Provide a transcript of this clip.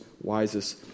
wisest